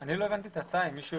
פנים רוצה